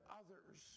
others